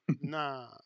Nah